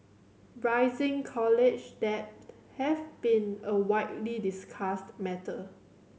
rising college debt have been a widely discussed matter